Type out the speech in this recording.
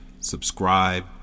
subscribe